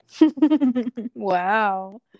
Wow